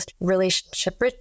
relationship